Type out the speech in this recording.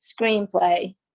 screenplay